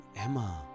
Emma